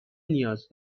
نیاز